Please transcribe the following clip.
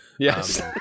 Yes